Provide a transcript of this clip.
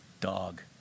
dog